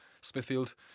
Smithfield